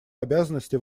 обязанностей